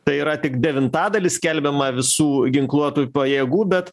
tai yra tik devintadalis skelbiama visų ginkluotųjų pajėgų bet